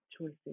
choices